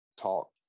talk